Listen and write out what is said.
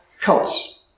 Cults